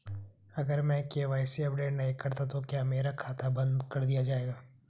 अगर मैं KYC update नहीं करता तो क्या मेरा खाता बंद कर दिया जाएगा?